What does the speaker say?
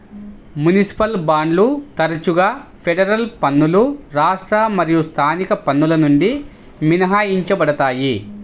municipal బాండ్లు తరచుగా federal పన్నులు రాష్ట్ర మరియు స్థానిక పన్నుల నుండి మినహాయించబడతాయి